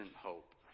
hope